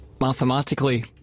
mathematically